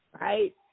right